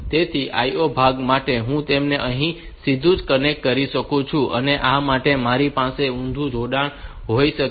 તેથી IO ભાગ માટે હું તેને અહીં સીધું જ કનેક્ટ કરી શકું છું અને આ માટે મારી પાસે ઊંધું જોડાણ હોઈ શકે છે